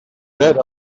bet